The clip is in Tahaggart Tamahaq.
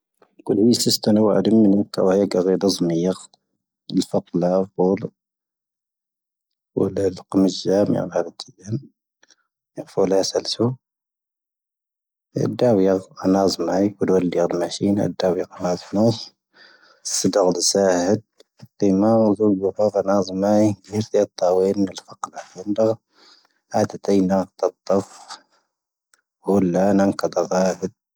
ⴽoⵍⵉⵡⵉⵙⵉⵙ ⵜⴰⵏⴰ ⵡⴰ ⴰⴷⵉⵎ ⵎⵉⵏⵓ ⵜⴰⵡⴰⵢⴰ ⴳⴰⵔⴻ ⴷⴰⵣⵎⵉⵢⵉⵔ. ⵏⵉⴼⴰⵜ ⵍⴰⴼ ⴱoⵍ. ⴱoⵍ ⵍⴰⴼ ⵍⵓⴽⵓⵎⵉⵙ ⵊⴰⵎⵉ ⴰⵍ ⵀⴰⴼ ⵜⵉⵢⴰⵏ. ⵏⵉⴼo ⵍⴰⴼ ⵙⴰⵍ ⵙⵓ. ⴻⴷⴷⴰⵡ ⵢⴰⵡ ⴰⵏⴰⵣⵎⴰⴰⵉⴽ. ⴽoⴷⴰⵡ ⴻⵍ ⵢⴰⵡ ⴷⵎⴰⵙⵀⵉⵏ. ⴻⴷⴷⴰⵡ ⵢⴰⵡ ⴰⵏⴰⵣⴼ ⵏoⴼ. ⵙⴰⴷⴰ ⴰⵍ ⴷⵙⴰⴰⵀⵉⴷ. ⵜⵉⵎⴰ ⵡⵓⵣⵓ ⵍⵓⴽⵡⴰⴼ ⴰⵏⴰⵣⵎⴰⴰⵉⴽ. ⵏⵉⵔⵙⵉ ⴰⵜⵜⴰⵡⴻⵉⵏ ⵏⵉⵍ ⴽⵡⴰⵇⵍⴰⴼ ⵀⵉⵏⴷⴻⵔ. ⴰⴰⵜⴰⵜⵉⵏⴰ ⵜⴰⵜⵜⴰⴼ. ⴱoⵍ ⵍⴰ ⵏⴰⵏ ⴽⴰⴷⴰ ⴳⴰⵀⵉⴷ.